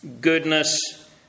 goodness